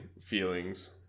feelings